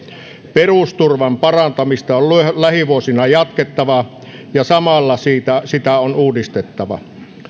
perusturvan parantamista on lähivuosina jatkettava ja samalla sitä on uudistettava